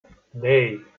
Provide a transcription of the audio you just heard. nee